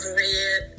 red